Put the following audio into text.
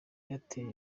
airtel